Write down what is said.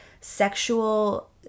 sexual